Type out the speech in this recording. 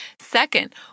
Second